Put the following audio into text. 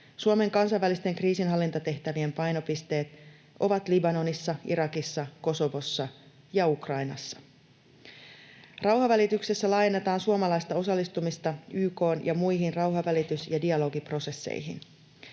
Suomen kansainvälisten kriisinhallintatehtävien painopisteet ovat Libanonissa, Irakissa, Kosovossa ja Ukrainassa. Rauhanvälityksessä lainataan suomalaista osallistumista YK:n ja muihin rauhanvälitys- ja dialogiprosesseihin.